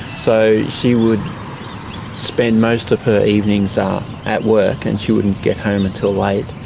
so she would spend most of her evenings at work and she wouldn't get home until late.